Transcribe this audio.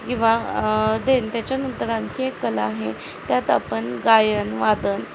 किंवा देन त्याच्यानंतर आणखी एक कला आहे त्यात आपण गायन वादन